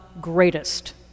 greatest